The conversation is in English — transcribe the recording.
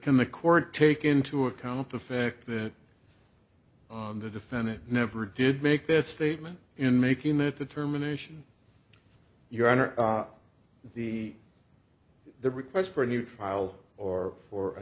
can the court take into account the fact that on the defendant never did make this statement in making that determination your honor the the request for a new trial or for a